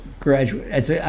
graduate